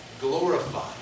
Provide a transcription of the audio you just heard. glorify